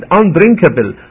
undrinkable